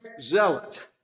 Zealot